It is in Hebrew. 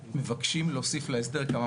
יש פה אנשים שהיו שותפים שישבו הרבה זמן וזה היה כבר